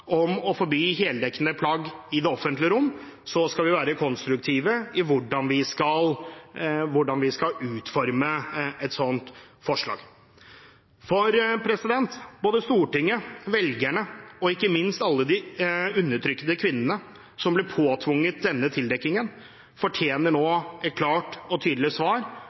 om å forby heldekkende plagg i det offentlige rom, så skal vi være konstruktive i hvordan vi skal utforme et sånt forslag. Både Stortinget, velgerne og ikke minst alle de undertrykte kvinnene som blir påtvunget denne tildekkingen, fortjener nå et klart og tydelig svar